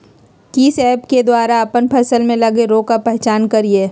किस ऐप्स के द्वारा अप्पन फसल में लगे रोग का पहचान करिय?